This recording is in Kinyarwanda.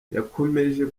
yakomereje